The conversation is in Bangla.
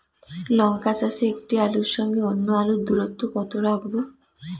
লঙ্কা চাষে একটি আলুর সঙ্গে অন্য আলুর দূরত্ব কত রাখবো?